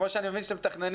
כמו שאני מבין שאתם מתכננים,